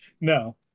No